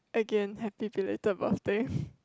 again happy belated birthday